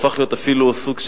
הפך להיות אפילו סוג,